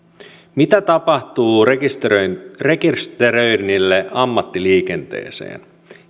mitä tapahtuu rekisteröinnille ammattiliikenteeseen